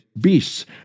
beasts